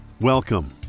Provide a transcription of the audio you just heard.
Welcome